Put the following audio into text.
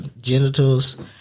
genitals